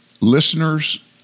listeners